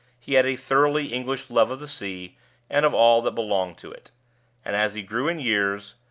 he had a thoroughly english love of the sea and of all that belongs to it and as he grew in years,